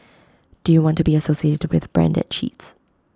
do you want to be associated with A brand that cheats